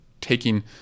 taking